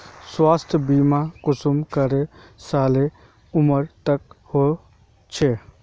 स्वास्थ्य बीमा कुंसम करे सालेर उमर तक होचए?